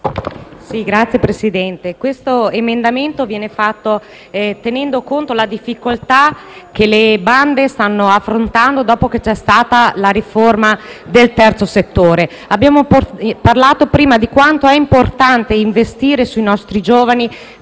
Signor Presidente, questo emendamento tiene conto della difficoltà che le bande stanno affrontando a seguito della riforma del terzo settore. Abbiamo parlato prima di quanto sia importante investire sui nostri giovani